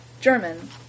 German